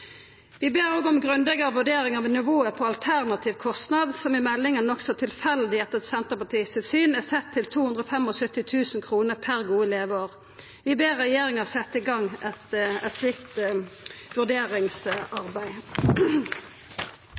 Vi ber òg om grundigare vurdering av nivået på alternativkostnad, som i meldinga – nokså tilfeldig, etter Senterpartiet sitt syn – er sett til 275 000 kr per gode leveår. Vi ber regjeringa setja i gang eit slikt vurderingsarbeid.